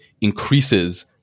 increases